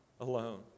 alone